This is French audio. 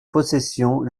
possessions